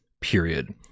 Period